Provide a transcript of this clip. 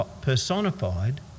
personified